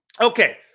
Okay